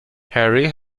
harry